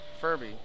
Furby